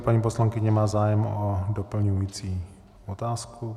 Paní poslankyně má zájem o doplňující otázku.